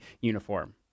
uniform